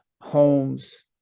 homes